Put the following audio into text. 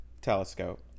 Telescope